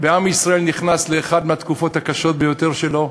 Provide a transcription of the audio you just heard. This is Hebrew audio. ועם ישראל נכנס לאחת מהתקופות הקשות ביותר שלו,